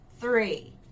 three